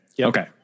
Okay